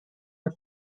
her